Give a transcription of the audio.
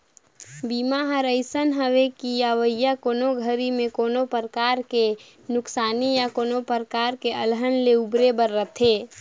बीमा हर अइसने हवे कि अवइया कोनो घरी मे कोनो परकार के नुकसानी या कोनो परकार के अलहन ले उबरे बर रथे